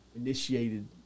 initiated